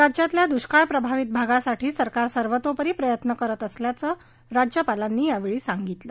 राज्यातल्या दुष्काळ प्रभावित भागासाठी सरकार सर्वतोपरी प्रयत्न करीत असल्याचं राज्यपालांनी यावेळी सांगितलं